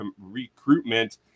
recruitment